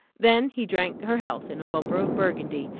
then he drank her health in a bumper of burgundy,